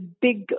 big